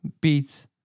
beats